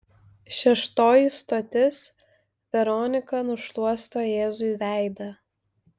šeštoji stotis veronika nušluosto jėzui veidą